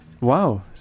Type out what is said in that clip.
Wow